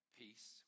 peace